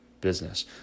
business